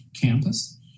campus